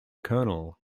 colonel